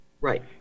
Right